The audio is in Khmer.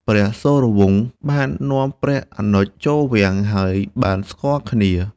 ព្រះសូរវង្សបាននាំព្រះអនុជចូលវាំង ហើយបានស្គាល់គ្នា។